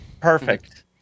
perfect